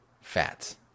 fats